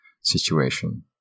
situation